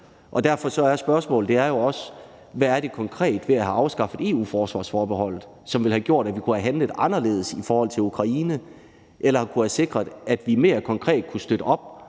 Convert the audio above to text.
Derfor er spørgsmålet også, hvad det konkret er ved at have afskaffet EU-forsvarsforbeholdet, som ville have gjort, at vi kunne have handlet anderledes i forhold til Ukraine eller kunne have sikret, at vi mere konkret kunne støtte op